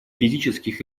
физических